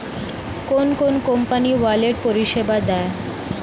কোন কোন company wallet পরিষেবা দেয়?